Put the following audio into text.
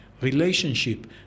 relationship